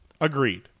Agreed